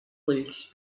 ulls